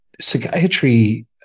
psychiatry